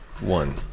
one